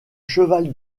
cheval